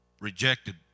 rejected